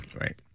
Right